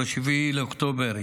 ב-7 באוקטובר,